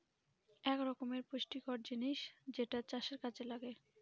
এক রকমের পুষ্টিকর জিনিস যেটা চাষের কাযে লাগে